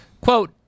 quote